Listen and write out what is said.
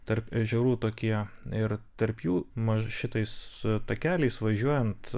tarp ežerų tokie ir tarp jų man šitais takeliais važiuojant